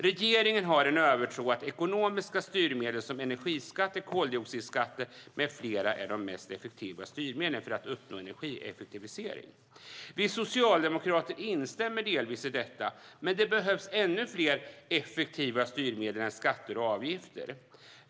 Regeringen har en övertro på att ekonomiska styrmedel som energiskatter, koldioxidskatter med flera är de mest effektiva styrmedlen för att uppnå energieffektivisering. Vi socialdemokrater instämmer delvis i detta, men det behövs ännu fler effektiva styrmedel än skatter och avgifter.